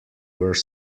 were